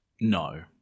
No